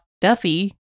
Duffy